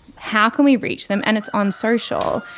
how can we reach them. and it's on social.